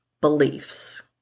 beliefs